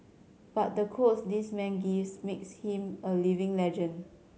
but the quotes this man gives makes him a living legend